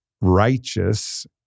righteous